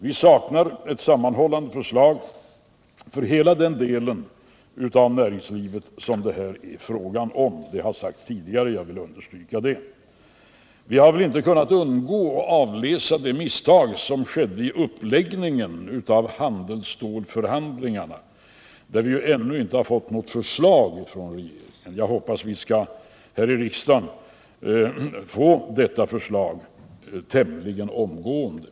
Vi saknar ett sammanhållande förslag för hela den del av näringslivet som det här är fråga om — det har sagts tidigare och jag vill understryka det. Vi har inte kunnat undgå att avläsa det misstag som skedde i uppläggningen av handelsstålsförhandlingarna, där vi ännu inte har fått något förslag från regeringen. Jag hoppas att vi här i riksdagen skall få detta förslag tämligen omgående.